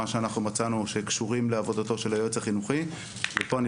מה שאנחנו מצאנו שקשורים לעבודתו של היועץ החינוכי ופה אני